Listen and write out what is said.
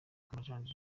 amajanja